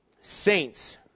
Saints